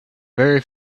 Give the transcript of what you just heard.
very